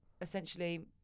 essentially